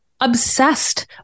obsessed